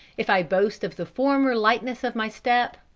if i boast of the former lightness of my step,